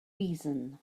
reason